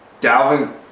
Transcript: Dalvin